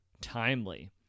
timely